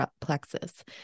plexus